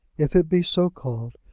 if it be so called,